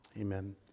amen